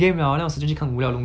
!wah! 真的啊